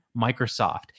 Microsoft